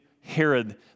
Herod